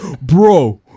Bro